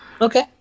Okay